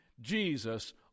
Jesus